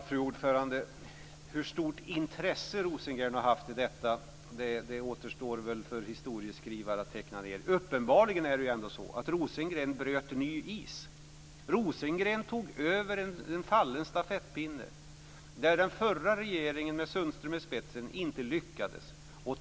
Fru talman! Hur stort intresse Björn Rosengren har haft för detta återstår för historieskrivare att teckna ned. Uppenbarligen bröt ändå Björn Rosengren ny is. Björn Rosengren tog över en fallen stafettpinne, där den förra regeringen med Anders Sundström i spetsen inte lyckades.